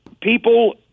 people